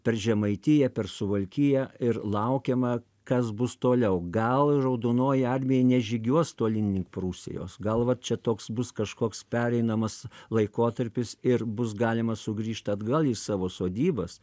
per žemaitiją per suvalkiją ir laukiama kas bus toliau gal raudonoji armija nežygiuos tolyn link prūsijos gal va čia toks bus kažkoks pereinamas laikotarpis ir bus galima sugrįžt atgal į savo sodybas